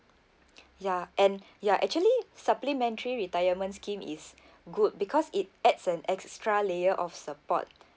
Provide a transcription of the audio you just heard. ya and ya actually supplementary retirement scheme is good because it adds an extra layer of support